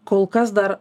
kol kas dar